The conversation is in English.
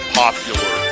popular